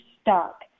stuck